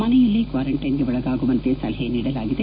ಮನೆಯಲ್ಲೇ ಕ್ನಾರಂಟ್ಲೆನ್ ಗೆ ಒಳಗಾಗುವಂತೆ ಸಲಹೆ ನೀಡಲಾಗಿದೆ